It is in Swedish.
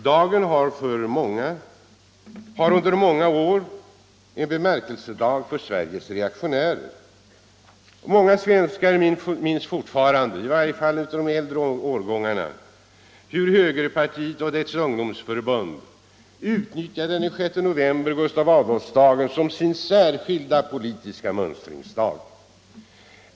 Dagen var under många år en bemärkelsedag för Sveriges reaktionärer. Många svenskar - i varje fall de av äldre årgång — minns fortfarande hur högerpartiet och dess ungdomsförbund utnyttjade den 6 november — Gustav Adolfsdagen — som sin särskilda politiska mönstringsdag.